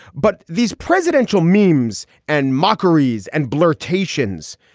but these presidential meemaw's and mockeries and blurr stations.